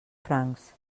francs